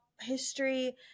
history